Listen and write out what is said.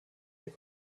der